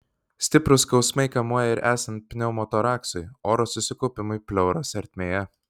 stiprūs skausmai kamuoja ir esant pneumotoraksui oro susikaupimui pleuros ertmėje